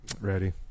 Ready